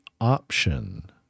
option